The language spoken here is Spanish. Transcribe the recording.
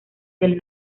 del